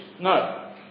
No